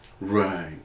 Right